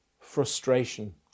frustration